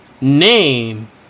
name